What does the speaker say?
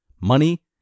money